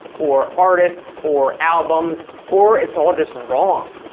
or artists, or albums, or it's all just wrong.